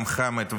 גם חמד,